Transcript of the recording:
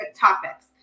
topics